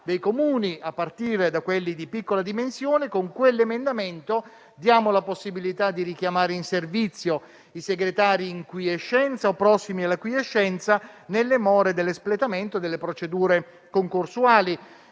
dei Comuni, a partire da quelli di piccola dimensione: con quell'emendamento diamo la possibilità di richiamare in servizio i segretari in quiescenza o prossimi alla quiescenza, nelle more dell'espletamento delle procedure concorsuali.